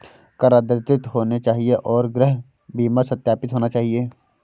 कर अद्यतित होने चाहिए और गृह बीमा सत्यापित होना चाहिए